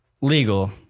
Legal